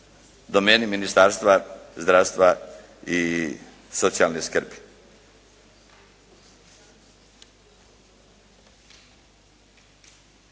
domeni Ministarstva zdravstva i socijalne skrbi.